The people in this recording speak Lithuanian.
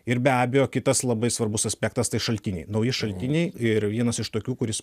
ir be abejo kitas labai svarbus aspektas tai šaltiniai nauji šaltiniai ir vienas iš tokių kuris